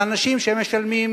של אנשים עובדים,